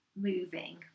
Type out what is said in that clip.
moving